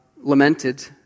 lamented